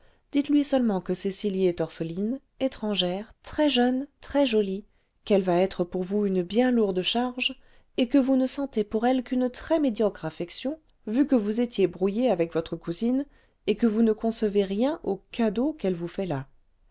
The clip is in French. dites-lui seulement que cecily est orpheline étrangère très-jeune très-jolie qu'elle va être pour vous une bien lourde charge et que vous ne sentez pour elle qu'une très médiocre affection vu que vous étiez brouillée avec votre cousine et que vous ne concevez rien au cadeau qu'elle vous fait là